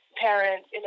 parents